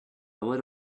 would